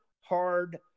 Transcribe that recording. hard